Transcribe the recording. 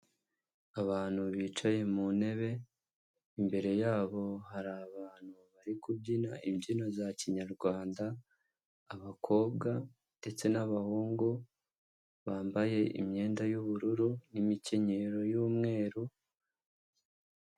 Abantu bicaye mu ntebe, imbere yabo hari abantu bari kubyina imbyino za kinyarwanda, abakobwa, ndetse n'abahungu, bambaye imyenda y'ubururu n'imikenyero y'umweru.